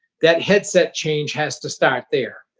that headset change has to start there.